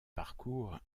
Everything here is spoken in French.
parcours